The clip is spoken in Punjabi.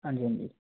ਹਾਂਜੀ ਹਾਂਜੀ